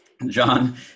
John